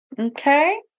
Okay